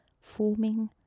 forming